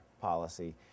policy